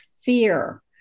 fear